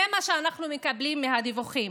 זה מה שאנחנו מקבלים מהדיווחים,